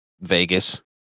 Vegas